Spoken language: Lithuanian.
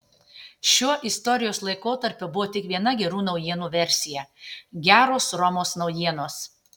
šiuo istorijos laikotarpiu buvo tik viena gerų naujienų versija geros romos naujienos